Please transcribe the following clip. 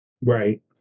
Right